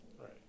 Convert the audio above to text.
Right